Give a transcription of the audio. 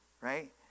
Right